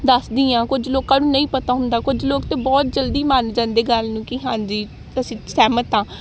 ਦੱਸਦੀ ਹਾਂ ਕੁਝ ਲੋਕਾਂ ਨੂੰ ਨਹੀਂ ਪਤਾ ਹੁੰਦਾ ਕੁਝ ਲੋਕ ਤਾਂ ਬਹੁਤ ਜਲਦੀ ਮੰਨ ਜਾਂਦੇ ਗੱਲ ਨੂੰ ਕਿ ਹਾਂਜੀ ਅਸੀਂ ਸਹਿਮਤ ਹਾਂ